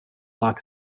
lot